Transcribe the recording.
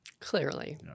Clearly